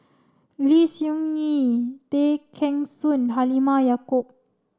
Lim Soo Ngee Tay Kheng Soon Halimah Yacob